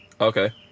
Okay